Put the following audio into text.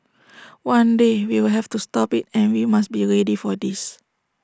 one day we will have to stop IT and we must be ready for this